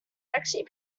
actually